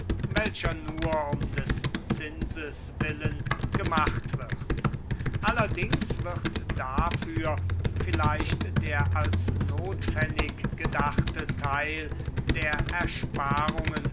nur um des zinses willen gemacht wird allerdings wird dafür vielleicht der als notpfennig gedachte teil der ersparungen